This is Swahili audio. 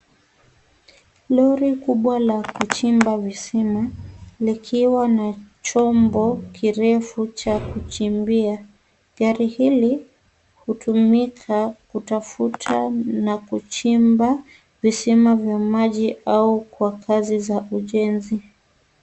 Lori kubwa la kuchimba visima, likiwa na chombo, kirefu, cha kichimbia. Gari hili, hutumika kutafuta, na kuchimba visima vya maji, au kwa kazi za ujenzi.